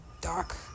Doc